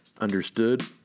understood